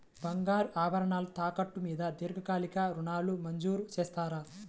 బంగారు ఆభరణాలు తాకట్టు మీద దీర్ఘకాలిక ఋణాలు మంజూరు చేస్తారా?